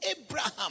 Abraham